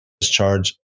discharge